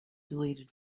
deleted